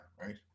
right